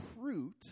fruit